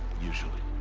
usually.